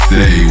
Say